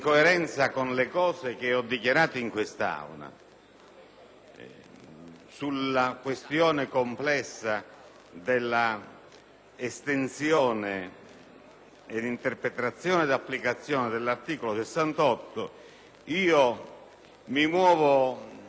sulla questione complessa dell'estensione, interpretazione ed applicazione dell'articolo 68, mi muovo in un'ottica estremamente precisa.